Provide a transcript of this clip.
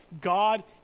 God